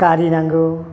गारि नांगौ